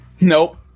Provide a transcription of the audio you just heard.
Nope